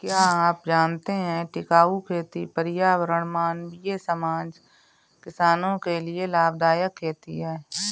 क्या आप जानते है टिकाऊ खेती पर्यावरण, मानवीय समाज, किसानो के लिए लाभदायक खेती है?